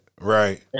Right